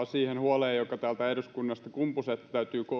siihen huoleen joka täältä eduskunnasta kumpusi että täytyy